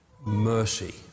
mercy